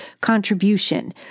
contribution